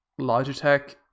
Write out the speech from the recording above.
Logitech